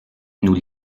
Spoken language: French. nous